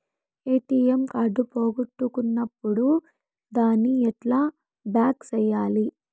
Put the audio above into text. ATM card పోగొట్టుకున్నప్పుడు దాన్ని ఎట్లా బ్లాక్ సేయాలి